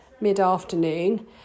mid-afternoon